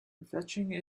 prefetching